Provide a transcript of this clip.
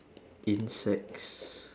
insects